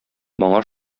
моңа